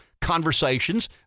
conversations